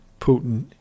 Putin